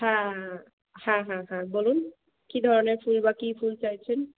হ্যাঁ হ্যাঁ হ্যাঁ হ্যাঁ বলুন কি ধরনের ফুল বা কি ফুল চাইছেন